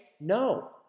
no